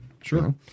Sure